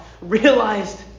realized